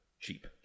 cheap